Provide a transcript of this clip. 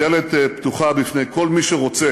הדלת פתוחה בפני כל מי שרוצה